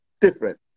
different